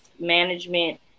management